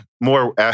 more